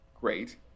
Great